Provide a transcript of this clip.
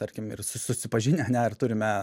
tarkim ir susipažinę ar ne ar turime